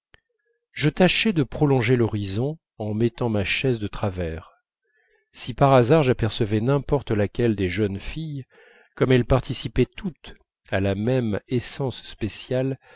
je tâchais de prolonger l'horizon en mettant ma chaise de travers si par hasard j'apercevais n'importe laquelle des jeunes filles comme elles participaient toutes à la même essence spéciale